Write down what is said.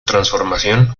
transformación